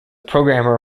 programmer